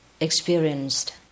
experienced